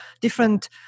different